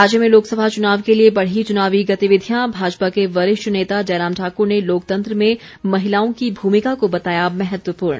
राज्य में लोकसभा चुनाव के लिए बढ़ी चुनावी गतिविधियां भाजपा के वरिष्ठ नेता जयराम ठाकुर ने लोकतंत्र में महिलाओं की भूमिका को बताया महत्वपूर्ण